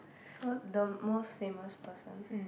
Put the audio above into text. so the most famous person